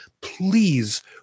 Please